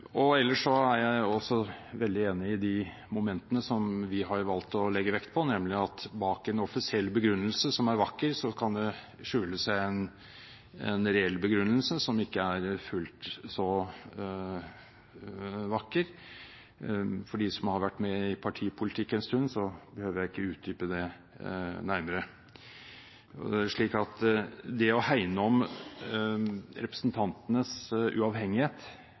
Ellers er jeg også veldig enig i de momentene som vi har valgt å legge vekt på, nemlig at bak en offisiell begrunnelse som er vakker, kan det skjule seg en reell begrunnelse som ikke er fullt så vakker. For dem som har vært med i partipolitikk en stund, behøver jeg ikke utdype det nærmere. For å hegne om representantenes uavhengighet